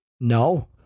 No